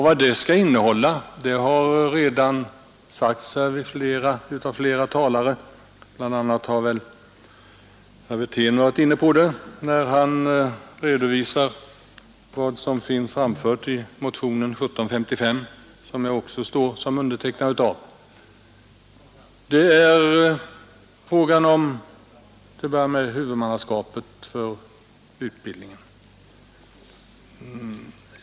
Vad det skall innehålla har flera talare varit inne på — bl.a. herr Wirtén när han redovisade förslaget i motionen 1755, som jag också står som undertecknare av. Det är till att börja med frågan om huvudmannaskapet för utbildningen.